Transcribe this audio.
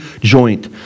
joint